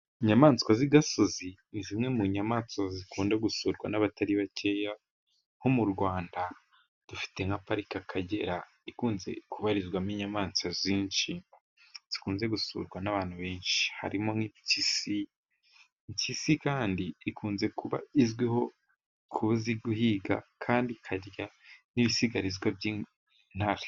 Inyamaswa z'igasozi ni zimwe mu nyamaswa zikunda gusurwa n'abatari bakeya, nko mu Rwanda dufite nka parike y'Akagera ikunze kubarizwamo inyamaswa nyinshi zikunze gusurwa n'abantu benshi. Harimo nk'impyisi, impyisi kandi ikunze kuba izwiho guhiga kandi ikarya n'ibisigarizwa by'intare.